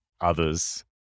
others